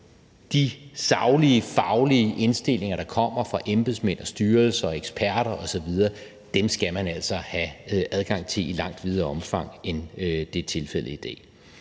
de saglige, faglige indstillinger, der kommer fra embedsmænd og styrelser og eksperter osv., dem skal man altså have adgang til i langt videre omfang, end det er tilfældet i dag.